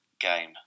game